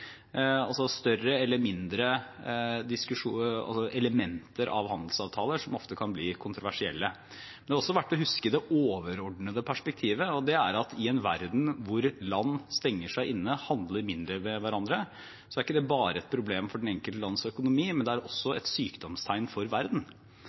altså større eller mindre elementer av handelsavtaler som ofte kan bli kontroversielle. Det er også verdt å huske det overordnede perspektivet, og det er at i en verden hvor land stenger seg inne og handler mindre med hverandre, er ikke det bare et problem for det enkelte lands økonomi, men det er også